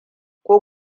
ko